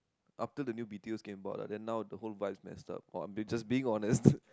after the new b_t_os came about lah then now the whole vibe is messed up oh I'm being just being honest